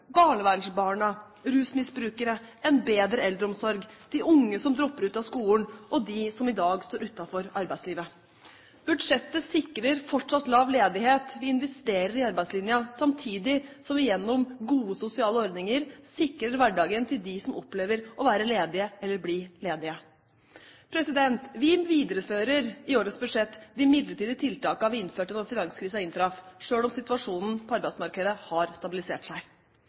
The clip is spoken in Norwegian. barnevernsbarna, rusmisbrukere, en bedre eldreomsorg, de unge som dropper ut av skolen, og de som i dag står utenfor arbeidslivet. Budsjettet sikrer fortsatt lav ledighet. Vi investerer i arbeidslinja samtidig som vi gjennom gode sosiale ordninger sikrer hverdagen til dem som opplever å være ledige, eller å bli ledige. Vi viderefører i årets budsjett de midlertidige tiltakene vi innførte da finanskrisen inntraff, selv om situasjonen på arbeidsmarkedet har stabilisert seg.